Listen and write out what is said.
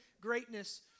greatness